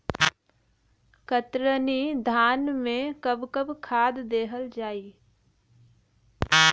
कतरनी धान में कब कब खाद दहल जाई?